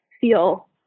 feel